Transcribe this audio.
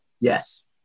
Yes